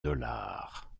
dollars